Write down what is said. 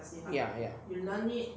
ya ya